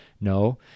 No